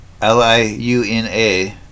LIUNA